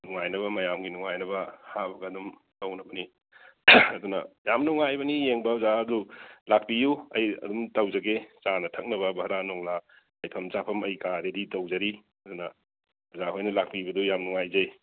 ꯅꯨꯡꯉꯥꯏꯅꯕ ꯃꯌꯥꯝꯒꯤ ꯅꯨꯡꯉꯥꯏꯅꯕ ꯍꯥꯞꯄꯒ ꯑꯗꯨꯝ ꯇꯧꯅꯕꯅꯤ ꯑꯗꯨꯅ ꯌꯥꯝ ꯅꯨꯡꯉꯥꯏꯕꯅꯤ ꯌꯦꯡꯕꯗ ꯑꯗꯨ ꯂꯥꯛꯄꯤꯎ ꯑꯩ ꯑꯗꯨꯝ ꯇꯧꯖꯒꯦ ꯆꯥꯅ ꯊꯛꯅꯕ ꯕꯔꯥ ꯅꯨꯡꯂꯥ ꯂꯩꯐꯝ ꯆꯥꯐꯝ ꯑꯩ ꯀꯥꯗꯒꯤ ꯇꯧꯖꯔꯤ ꯑꯗꯨꯅ ꯑꯣꯖꯥ ꯍꯣꯏꯅ ꯂꯥꯛꯄꯤꯕꯗꯨ ꯑꯩ ꯌꯥꯝ ꯅꯨꯡꯉꯥꯏꯖꯩ